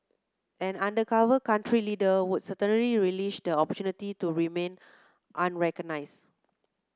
an undercover country leader would certainly relish the opportunity to remain unrecognised